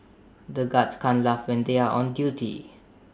the guards can't laugh when they are on duty